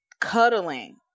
cuddling